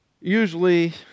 usually